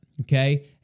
Okay